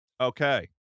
Okay